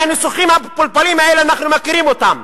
הרי הניסוחים המפולפלים האלה, אנחנו מכירים אותם.